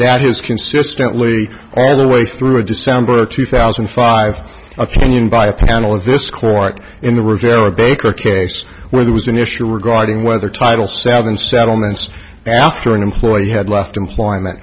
that is consistently all the way through december of two thousand and five opinion by a panel of this court in the riviera baker case where there was an issue regarding whether title seven settlements after an employee had left employment